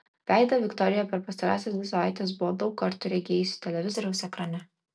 veidą viktorija per pastarąsias dvi savaites buvo daug kartų regėjusi televizoriaus ekrane